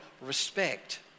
respect